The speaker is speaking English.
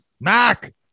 Mac